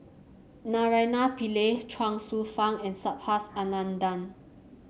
Naraina Pillai Chuang Hsueh Fang and Subhas Anandan